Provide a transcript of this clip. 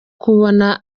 kubona